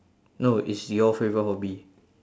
no it's your favourite hobby